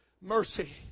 Mercy